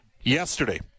Yesterday